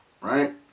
right